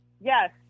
Yes